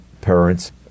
parents